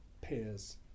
pairs